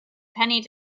penny